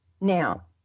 Now